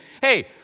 Hey